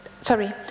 sorry